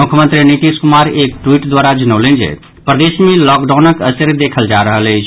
मुख्यमंत्री नीतीश कुमार एक ट्वीट द्वारा जनौलनि जे प्रदेश मे लॉकडाउनक असरि देखल जा रहल अछि